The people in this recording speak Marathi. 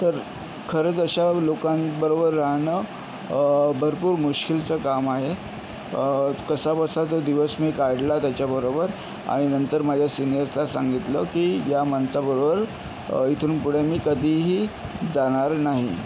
तर खरंच अशा लोकांबरोबर राहणं भरपूर मुश्किलचं काम आहे कसाबसा तो दिवस मी काढला त्याच्याबरोबर आणि नंतर माझ्या सिनियर्सला सांगितलं की या माणसाबरोबर इथून पुढे मी कधीही जाणार नाही